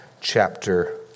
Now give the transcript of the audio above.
chapter